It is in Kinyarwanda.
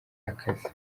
akazi